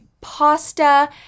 pasta